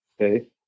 Okay